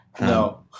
No